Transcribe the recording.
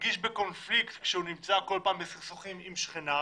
מרגיש בקונפליקט כשהוא נמצא כל פעם בסכסוכים עם שכניו,